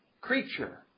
creature